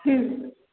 हं